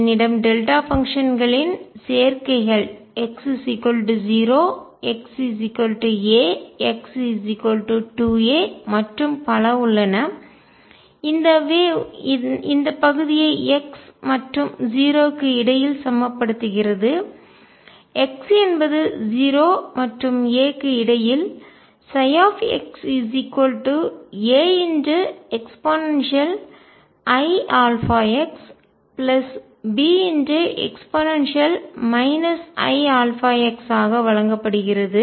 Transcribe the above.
என்னிடம் டெல்டா பங்ஷன்களின் சேர்க்கைகள் x 0 x a x 2 a மற்றும் பல உள்ளன இந்த வேவ்அலை இந்த பகுதியை x மற்றும் 0 க்கு இடையில் சமப்படுத்துகிறது x என்பது 0 மற்றும் a க்கு இடையில் xAeiαxBe iαx ஆக வழங்கப்படுகிறது